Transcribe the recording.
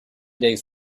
days